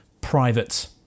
private